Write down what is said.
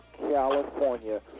California